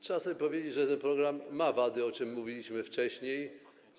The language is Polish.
Trzeba powiedzieć, że ten program ma wady, o czym mówiliśmy wcześniej.